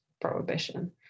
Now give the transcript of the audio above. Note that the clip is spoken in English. prohibition